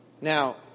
Now